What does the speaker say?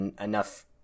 enough